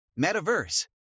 Metaverse